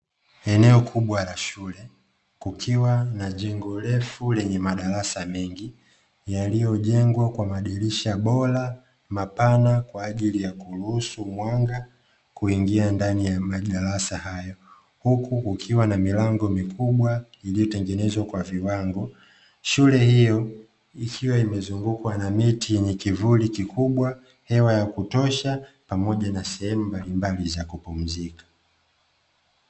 Eneo kubwa la shule kukiwa na jengo refu lenye madarasa mengi yaliyojengwa kwa madirisha bora mapana, kwaajili ya kuruhusu mwanga kuingia ndani ya madarasa hayo, huku kukiwa na milango mikubwa iliyotengenezwa kwa viwango. Shule hiyo ikiwa imezungukwa na miti yenye kivuli kikubwa hewa ya kutosha pamoja na sehemu mbalimbali za kupumzika.